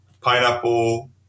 pineapple